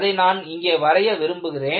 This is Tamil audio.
அதை நான் இங்கே வரைய விரும்புகிறேன்